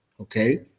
Okay